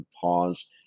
pause